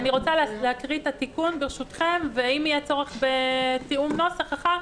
אקריא את התיקון ואם יהיה צורך בתיאום נוסח נעשה